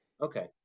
Okay